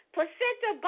Placenta